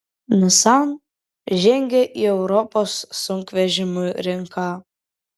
nissan žengia į europos sunkvežimių rinką